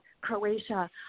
Croatia